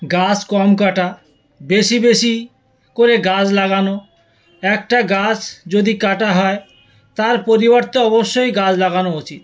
গাছ কম কাটা বেশি বেশি করে গাছ লাগানো একটা গাছ যদি কাটা হয় তার পরিবর্তে অবশ্যই গাছ লাগানো উচিত